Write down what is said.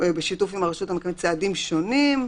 בשיתוף עם הרשות המקומית צעדים שונים,